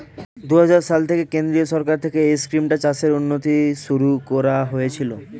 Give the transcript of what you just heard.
দুহাজার সাত সালে কেন্দ্রীয় সরকার থেকে এই স্কিমটা চাষের উন্নতির জন্য শুরু করা হয়েছিল